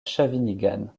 shawinigan